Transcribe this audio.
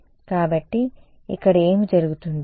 కాబట్టి ఇక్కడ ఏమి జరుగుతుంది